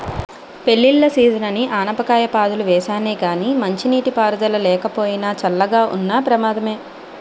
పెళ్ళిళ్ళ సీజనని ఆనపకాయ పాదులు వేసానే గానీ మంచినీటి పారుదల లేకపోయినా, చల్లగా ఉన్న ప్రమాదమే